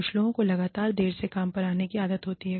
कुछ लोगों को लगातार देर से काम पर आने की आदत होती है